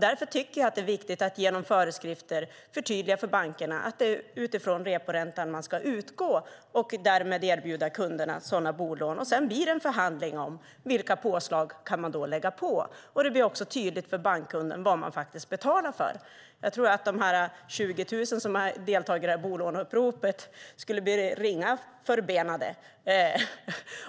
Därför tycker jag att det är viktigt att genom föreskrifter förtydliga för bankerna att det är reporäntan man ska utgå från och därmed erbjuda kunderna sådana bolån. Sedan blir det en förhandling om vilka påslag det går att lägga på. Det blir också tydligt för bankkunden vad man betalar för. Jag tror att de 20 000 som har deltagit i bolåneuppropet skulle bli förbaskade